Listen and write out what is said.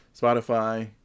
Spotify